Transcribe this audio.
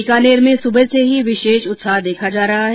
बीकानेर में सुबह से ही विशेष उत्साह देखा जा रहा है